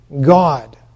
God